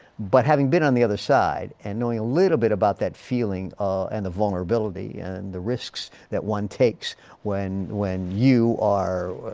but having been on the other side and knowing a little bit about that feeling ah and the vulnerability and the risks that one takes when when you are